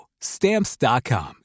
Stamps.com